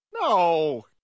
No